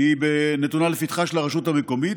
נתונה לפתחה של הרשות המקומית.